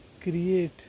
create